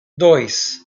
dois